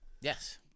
Yes